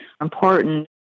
important